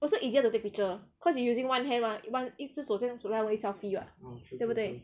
also easier to take picture cause you using one hand mah one 一只手先 to go and take selfie [what]